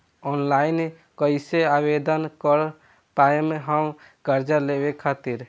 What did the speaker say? Online कइसे आवेदन कर पाएम हम कर्जा लेवे खातिर?